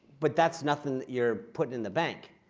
but that's nothing that you're putting in the bank.